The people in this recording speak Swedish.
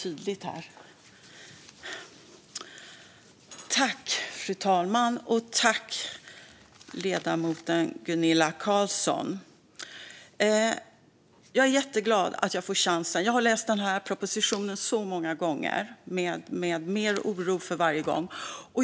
Fru talman! Jag har läst propositionen så många gånger och med mer oro för varje gång.